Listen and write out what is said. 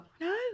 No